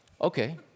okay